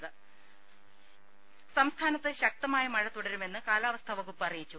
രുര സംസ്ഥാനത്ത് ശക്തമായ മഴ തുടരുമെന്ന് കാലാവസ്ഥാ വകുപ്പ് അറിയിച്ചു